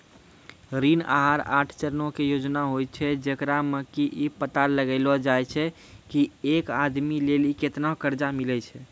ऋण आहार आठ चरणो के योजना होय छै, जेकरा मे कि इ पता लगैलो जाय छै की एक आदमी लेली केतना कर्जा मिलै छै